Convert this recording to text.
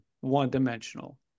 one-dimensional